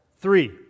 three